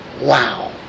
Wow